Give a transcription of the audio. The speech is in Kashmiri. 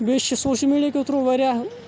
بیٚیہِ چھِ یہِ سوشَل میٖڈیا کہِ تھرٛوٗ واریاہ